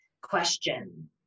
question